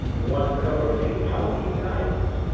we want to cover a few housekeeping items.